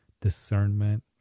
discernment